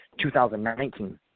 2019